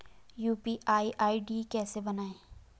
UPI ID कैसे बनायें?